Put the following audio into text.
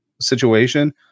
situation